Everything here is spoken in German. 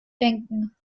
denken